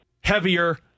heavier